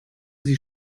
sie